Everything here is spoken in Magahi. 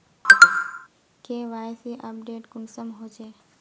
के.वाई.सी अपडेट कुंसम होचे?